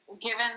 given